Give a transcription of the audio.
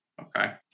Okay